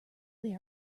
they